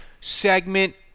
segment